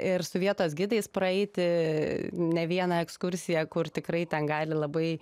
ir su vietos gidais praeiti ne vieną ekskursiją kur tikrai ten gali labai